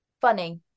funny